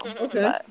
Okay